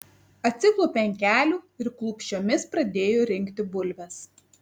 atsiklaupė ant kelių ir klūpsčiomis pradėjo rinkti bulves